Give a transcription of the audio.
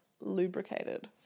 lubricated